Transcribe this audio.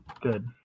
Good